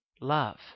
love